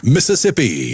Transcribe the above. Mississippi